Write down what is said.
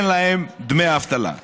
אין להם דמי אבטלה.